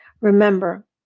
Remember